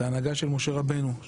את ההנהגה של משה רבנו,